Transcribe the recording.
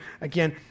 again